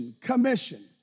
commission